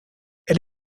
elle